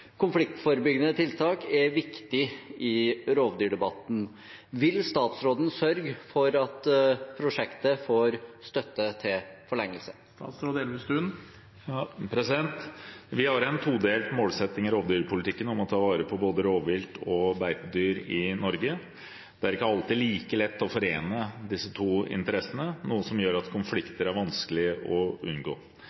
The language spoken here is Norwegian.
Konfliktforebyggende tiltak er viktig i rovdyrdebatten. Vil statsråden sørge for at prosjektet får støtte til forlengelse?» Vi har en todelt målsetting i rovviltpolitikken om å ta vare på både rovvilt og beitedyr i Norge. Det er ikke alltid like lett å forene disse to interessene, noe som gjør at